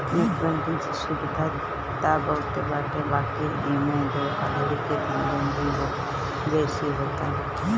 net banking से सुविधा त बहुते बाटे बाकी एमे धोखाधड़ी के धंधो भी बेसिये होता